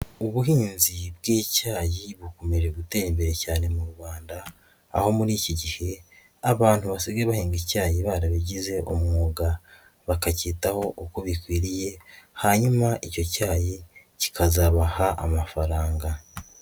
ubuhinzi bw'icyayi bukomeje gutera imbere cyane mu Rwanda, aho muri iki gihe abantu basigaye bahinga icyayi barabigize umwuga, bakacyitaho uko bikwiriye hanyuma icyo cyayi kikazabaha amafaranga.